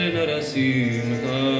Narasimha